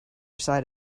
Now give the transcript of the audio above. side